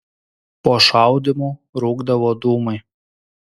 po šaudymų rūkdavo dūmai